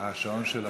השעון שלך.